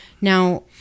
Now